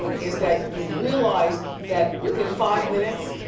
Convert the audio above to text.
and is that you realize that within five minutes,